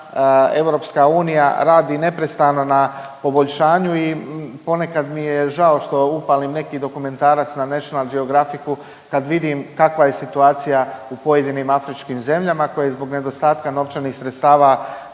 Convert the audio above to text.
porozna, EU radi neprestano na poboljšanju i ponekad mi je žao što upalim neki dokumentarac na National Geographicu, kad vidim kakva je situacija u pojedinim afričkim zemljama koje zbog nedostatka novčanih sredstava